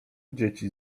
dzieci